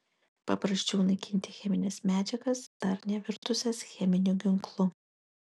paprasčiau naikinti chemines medžiagas dar nevirtusias cheminiu ginklu